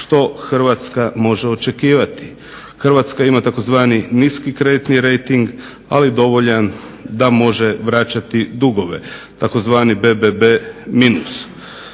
što Hrvatska može očekivati. Hrvatska ima tzv. niski kreditni rejting ali dovoljan da može vraćati dugove tzv. BBB minus.